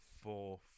four